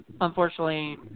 unfortunately